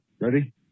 Ready